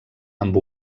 amb